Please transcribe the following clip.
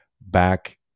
back